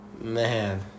Man